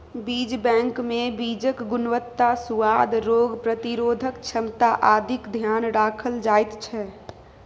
बीज बैंकमे बीजक गुणवत्ता, सुआद, रोग प्रतिरोधक क्षमता आदिक ध्यान राखल जाइत छै